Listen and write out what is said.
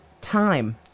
time